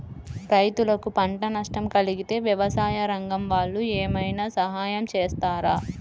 రైతులకు పంట నష్టం కలిగితే వ్యవసాయ రంగం వాళ్ళు ఏమైనా సహాయం చేస్తారా?